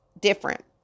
different